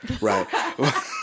right